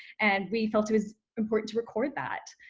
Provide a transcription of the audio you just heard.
and we felt it was important to record that.